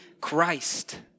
Christ